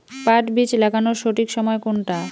পাট বীজ লাগানোর সঠিক সময় কোনটা?